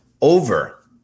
over